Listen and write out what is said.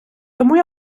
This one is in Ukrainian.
тому